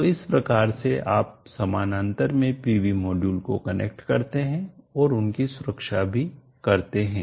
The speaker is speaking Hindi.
तो इस प्रकार से आप समानांतर में PV मॉड्यूल को कनेक्ट करते हैं और उनकी सुरक्षा भी करते हैं